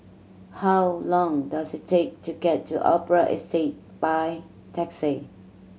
how long does it take to get to Opera Estate by taxi